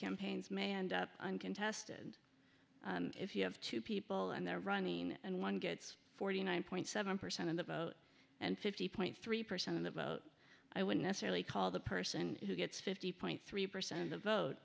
campaigns may end up uncontested if you have two people and they're running and one gets forty nine point seven percent of the vote and fifty point three percent of the vote i wouldn't necessarily call the person who gets fifty point three percent of the vote